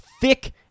thick